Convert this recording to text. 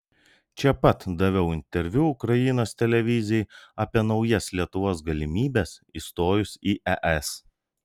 čia pat daviau interviu ukrainos televizijai apie naujas lietuvos galimybes įstojus į es